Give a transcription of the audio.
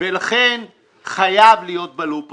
לכן חייב להיות בלופ הזה.